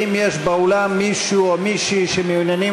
האם יש באולם מישהו או מישהי שמעוניינים